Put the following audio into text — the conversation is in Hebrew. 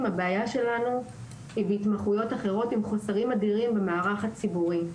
הבעיה שלנו היא בהתמחויות אחרות עם חוסרים אדירים במערך הציבורי.